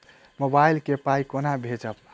Mobile सँ पाई केना भेजब?